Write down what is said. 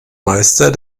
meister